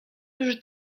już